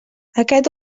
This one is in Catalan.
aquest